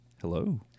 Hello